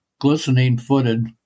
glistening-footed